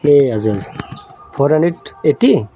ए हजुर हजुर four hundred eighty